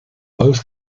both